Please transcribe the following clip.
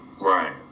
Right